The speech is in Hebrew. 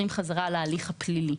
נחזור בחזרה להליך הפלילי.